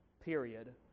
period